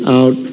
out